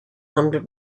hundred